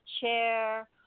chair